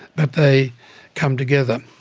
but they come together.